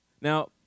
Now